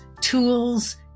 tools